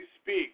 speak